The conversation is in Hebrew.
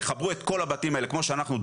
תחברו את כל הבתים האלו כמו שאנחנו דורשים.